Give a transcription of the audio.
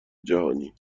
جهانی